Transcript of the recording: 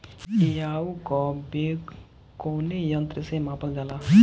वायु क वेग कवने यंत्र से नापल जाला?